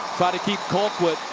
but keep colquitt.